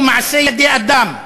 העוני הוא מעשה ידי אדם,